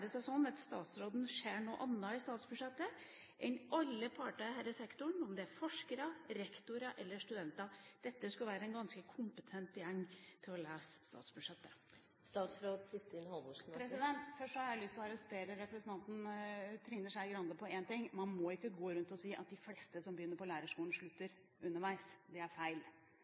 sånn at statsråden ser noe annet i statsbudsjettet enn alle parter her i sektoren, om det er forskere, rektorer eller studenter? Dette skulle være en ganske kompetent gjeng til å lese statsbudsjettet. Først har jeg lyst til å arrestere representanten Trine Skei Grande på én ting. Man må ikke gå rundt og si at det fleste som begynner på lærerskolen, slutter underveis. Det er feil.